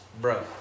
bro